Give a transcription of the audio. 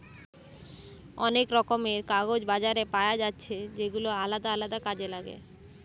অনেক রকমের কাগজ বাজারে পায়া যাচ্ছে যেগুলা আলদা আলদা কাজে লাগে